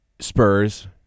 Spurs